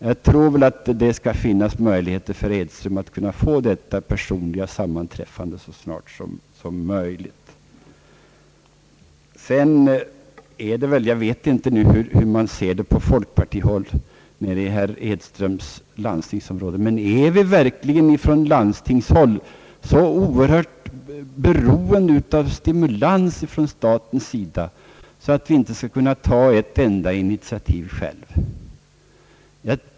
Jag tror att det skall finnas möjlighet för herr Edström att få dessa personliga sammanträffanden så snart som möjligt. Jag vet inte hur man på folkpartihåll nere i herr Edströms landstingsområde ser på saken, men är man verkligen från landstingshåll så oerhört beroende av stimulans från statens sida, att man inte skall kunna ta ett enda initiativ själv?